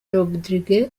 rodríguez